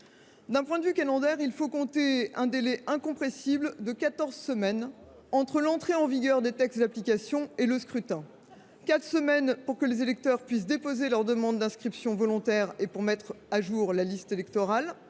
D’un point de vue calendaire, il faut compter un délai incompressible de quatorze semaines entre l’entrée en vigueur des textes d’application et le scrutin : quatre semaines pour que les électeurs puissent déposer leur demande d’inscription volontaire et pour mettre à jour la liste électorale